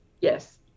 Yes